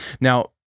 Now